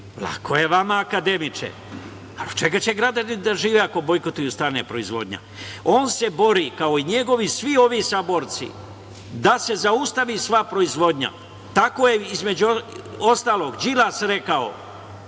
Lako je vama, akademiče, ali od čega će građani da žive ako bojkotuju, stane proizvodnja? On se bori, kao i njegovi svi ovi saborci, da se zaustavi sva proizvodnja. Tako je, između ostalog, Đilas rekao